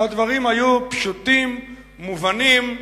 הדברים היו פשוטים ומובנים.